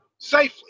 safely